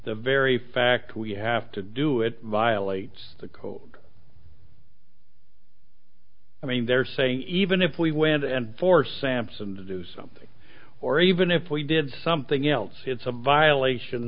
the very fact we have to do it violates the coke i mean they're saying even if we went and force sampson to do something or even if we did something else it's a violation